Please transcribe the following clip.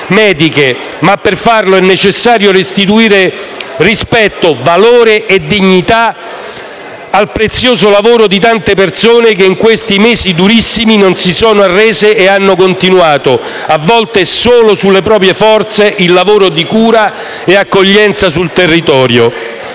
Ma, per farlo, e necessario restituire rispetto, valore e dignitaal prezioso lavoro di tante persone che in questi mesi durissimi non si sono arrese e hanno continuato, a volte solo sulle proprie forze, il lavoro di cura e accoglienza sul territorio.